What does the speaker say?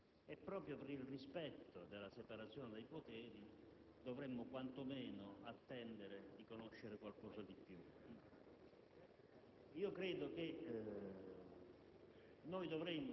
a conoscenza di un provvedimento della magistratura e, proprio per il rispetto della separazione dei poteri, dovremmo quantomeno attendere di sapere qualcosa di più.